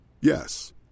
Yes